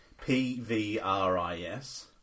P-V-R-I-S